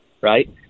right